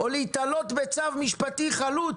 לגביהם אפשר להיתלות בצו משפטי חלוט?